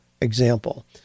example